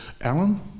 Alan